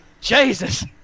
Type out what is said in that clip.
Jesus